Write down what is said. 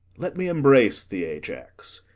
let me embrace thee, ajax.